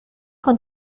con